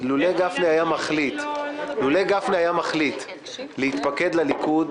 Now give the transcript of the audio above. לולא גפני היה מחליט להתפקד לליכוד,